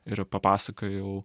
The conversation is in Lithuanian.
ir papasakojau